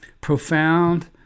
profound